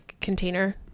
container